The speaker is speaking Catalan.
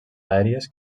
aèries